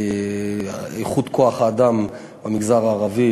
כי איכות כוח-האדם במגזר הערבי